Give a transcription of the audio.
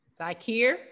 Zakir